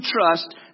trust